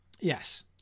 Yes